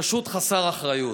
פשוט חסר אחריות.